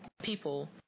people